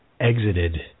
exited